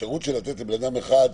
האפשרות של לתת לבן אדם אחד,